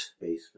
Basement